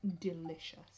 delicious